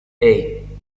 hey